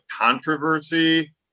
controversy